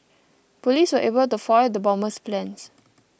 police were able to foil the bomber's plans